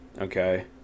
okay